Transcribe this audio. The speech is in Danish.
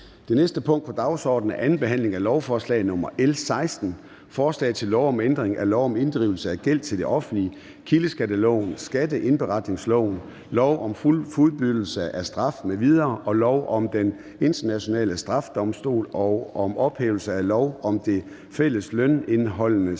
Det næste punkt på dagsordenen er: 5) 2. behandling af lovforslag nr. L 16: Forslag til lov om ændring af lov om inddrivelse af gæld til det offentlige, kildeskatteloven, skatteindberetningsloven, lov om fuldbyrdelse af straf m.v. og lov om Den Internationale Straffedomstol og om ophævelse af lov om Det Fælles Lønindeholdelsesregister.